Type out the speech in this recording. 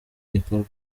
gikorwa